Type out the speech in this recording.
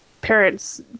parents